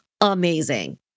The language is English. amazing